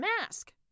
mask